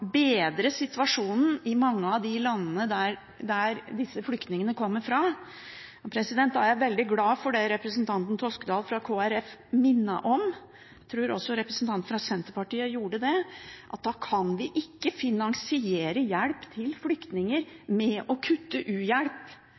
bedre situasjonen i mange av de landene disse flyktningene kommer fra. Da er jeg veldig glad for det representanten Toskedal fra Kristelig Folkeparti minnet om – jeg tror også representanten fra Senterpartiet gjorde det – at vi kan ikke finansiere hjelp til flyktninger med å kutte